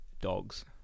Dogs